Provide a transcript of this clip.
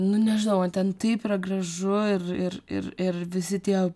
nu nežinau man ten taip gražu ir ir ir ir visi tie